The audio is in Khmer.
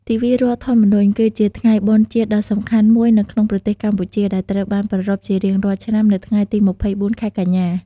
ទិវារដ្ឋធម្មនុញ្ញ គឺជាថ្ងៃបុណ្យជាតិដ៏សំខាន់មួយនៅក្នុងប្រទេសកម្ពុជា ដែលត្រូវបានប្រារព្ធជារៀងរាល់ឆ្នាំនៅថ្ងៃទី ២៤ ខែកញ្ញា។